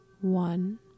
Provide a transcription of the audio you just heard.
One